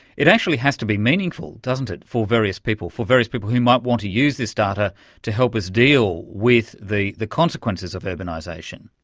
it actually has to be meaningful, doesn't it, for various people, for various people who might want to use this data to help us deal with the the consequences of urbanisation.